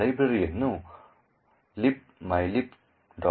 ಲೈಬ್ರರಿಯನ್ನು libmylib